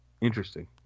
Interesting